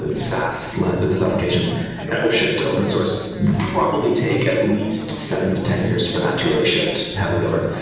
and saas line of business applications that will shift to open source probably take at least seven to ten years for that really shift heavily over.